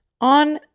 on